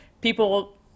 people